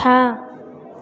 हाँ